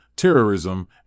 terrorism